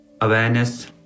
awareness